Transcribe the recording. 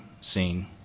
scene